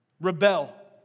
rebel